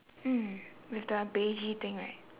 mm with the beigy thing right